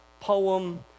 poem